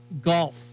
golf